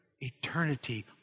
eternity